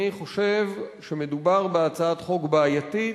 אני חושב שמדובר בהצעת חוק בעייתית,